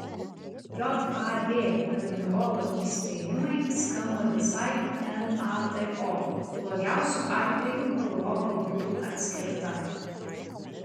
jav admirolo įspėjimai skamba visai nato blogiausiu atveju europa būtų atkirsta